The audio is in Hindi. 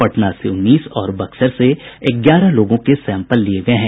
पटना से उन्नीस और बक्सर से ग्यारह लोगों के सैंपल लिये गये हैं